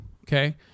Okay